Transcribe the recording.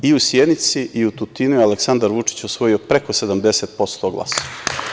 I u Sjenici, i u Tutinu je Aleksandar Vučić je osvojio preko 70% glasova.